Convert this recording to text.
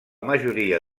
majoria